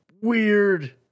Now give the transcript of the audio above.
Weird